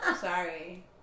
Sorry